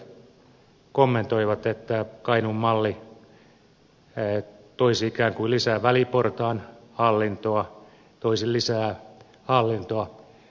mainitut edustajat kommentoivat että kainuun malli toisi ikään kuin lisää väliportaan hallintoa toisi lisää hallintoa